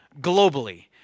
globally